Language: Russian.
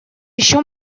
еще